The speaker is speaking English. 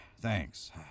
Thanks